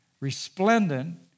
resplendent